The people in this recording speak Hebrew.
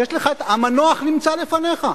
המנוח נמצא לפניך.